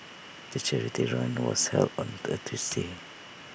the charity run was held on the A Tuesday